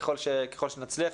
ככל שנצליח,